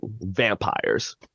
vampires